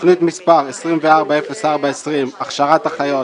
תוכנית מס' 240420 - הכשרת אחיות,